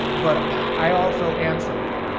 but i also answered it.